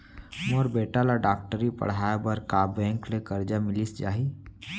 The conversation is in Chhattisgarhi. मोर बेटा ल डॉक्टरी पढ़ाये बर का बैंक ले करजा मिलिस जाही?